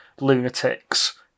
lunatics